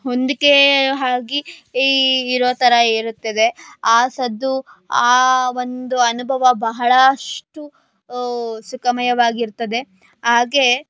ಹೊಂದಿಕೆ ಆಗಿ ಈ ಇರೋ ಥರ ಇರುತ್ತದೆ ಆ ಸದ್ದು ಆ ಒಂದು ಅನುಭವ ಬಹಳಷ್ಟು ಸುಖಮಯವಾಗಿರ್ತದೆ ಹಾಗೆ